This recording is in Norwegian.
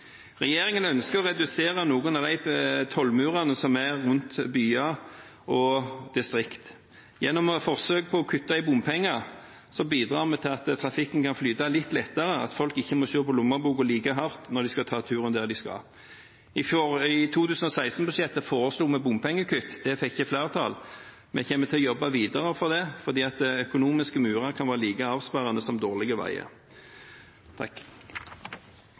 Regjeringen ønsker å redusere noen av de tollmurene som er rundt byer og distrikter. Gjennom å ha forsøk på å kutte i bompenger bidrar vi til at trafikken kan flyte litt lettere, at folk ikke må se på lommeboka like hardt når de skal ta turen dit de skal. I 2016-budsjettet foreslo vi bompengekutt. Det fikk ikke flertall. Vi kommer til å jobbe videre for det, for økonomiske murer kan være like avsperrende som dårlige veier.